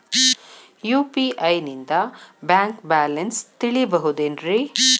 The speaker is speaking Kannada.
ಯು.ಪಿ.ಐ ನಿಂದ ಬ್ಯಾಂಕ್ ಬ್ಯಾಲೆನ್ಸ್ ತಿಳಿಬಹುದೇನ್ರಿ?